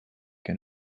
che